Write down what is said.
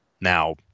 Now